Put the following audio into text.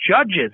judges